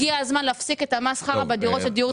הגיע הזמן להפסיק את המסחרה בדירות של הדיור הציבורי.